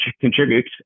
contribute